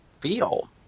feel